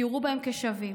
שיראו בהם שווים,